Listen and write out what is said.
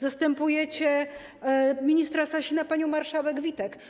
Zastępujecie ministra Sasina panią marszałek Witek.